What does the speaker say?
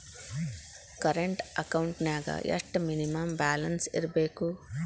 Current ಅಕೌಂಟೆಂನ್ಯಾಗ ಎಷ್ಟ minimum balance ಇರ್ಬೇಕು?